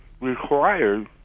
required